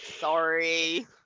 Sorry